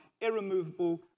irremovable